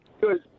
Good